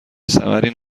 ثمری